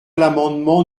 l’amendement